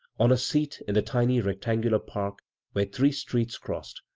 on a seat in the tiny rectangular park where three streets crossed,